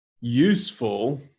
useful